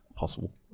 possible